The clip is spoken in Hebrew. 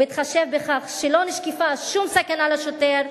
ובהתחשב בכך שלא נשקפה שום סכנה לשוטר,